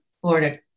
Florida